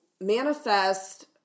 manifest